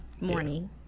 morning